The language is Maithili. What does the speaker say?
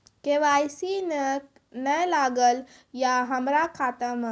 के.वाई.सी ने न लागल या हमरा खाता मैं?